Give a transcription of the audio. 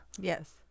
Yes